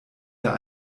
wir